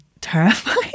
terrified